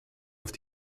auf